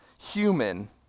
human